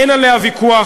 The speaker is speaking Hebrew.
אין עליה ויכוח,